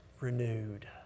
renewed